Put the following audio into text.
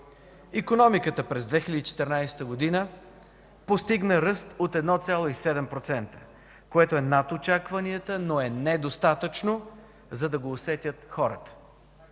Икономиката през 2014 г. постигна ръст от 1,7%, което е над очакванията, но е недостатъчно, за да го усетят хората.